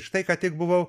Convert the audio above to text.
štai ką tik buvau